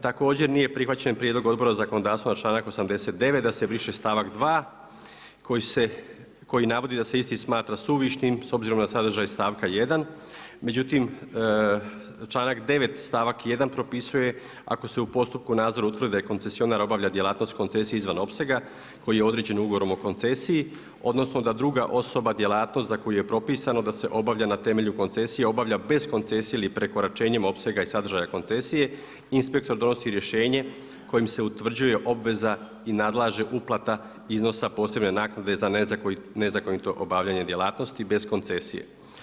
Također nije prihvaćen prijedlog Odbora za zakonodavstvo na članak 89. da se briše stavak 2 koji navodi da se isti smatra suvišnim, s obzirom na sadržaj stavka 1. Međutim, članak 9. stavak 1. propisuje ako se u postupku nadzora utvrdi da koncensionar obavlja djelatnost koncesije izvan opsega koji je određen ugovorom o koncesiji, odnosno da druga osoba, djelatnost za koju je propisano da se obavlja na temelju koncesija, obavlja bez koncesije ili prekoračenjem opsega i sadržaja koncesije, inspektor donosi rješenje kojom se utvrđuje obveza i nalaže uplata iznosa posebne naknade za nezakonito obavljanje djelatnosti bez koncesije.